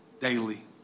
daily